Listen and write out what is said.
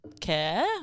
care